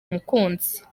umukunzi